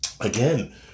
again